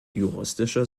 juristischer